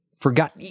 forgot